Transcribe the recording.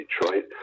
Detroit